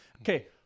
Okay